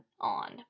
on